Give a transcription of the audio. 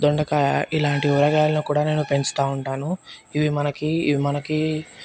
దొండకాయ ఇలాంటి ఊరగాయలను కూడా నేను పెంచుతూ ఉంటాను ఇవి మనకి ఇవి మనకి